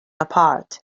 apart